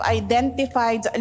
identified